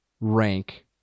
rank